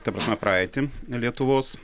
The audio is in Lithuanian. ta prasme praeitį lietuvos